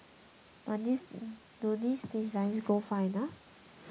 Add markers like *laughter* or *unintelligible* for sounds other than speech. but *unintelligible* do these designs go far enough